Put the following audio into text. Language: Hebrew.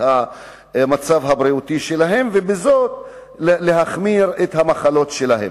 המצב הבריאותי שלהם ולהחמיר את המחלות שלהם.